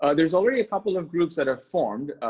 ah there's already a couple of groups that are formed,